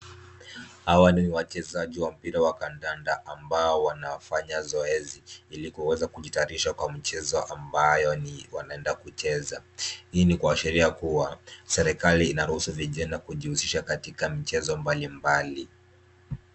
Hawa ni wachezaji wa mpira wa kandanda, ambao wanafanya zoezi ili kuweza kujitayarisha kwa mchezo ambayo ni wanaenda kucheza. Hii ni kuashiria kuwa serikali inaruhusu vijana kujihusisha katika michezo mbalimbali.